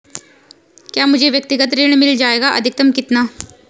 क्या मुझे व्यक्तिगत ऋण मिल जायेगा अधिकतम कितना?